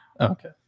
Okay